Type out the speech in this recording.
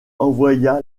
envoya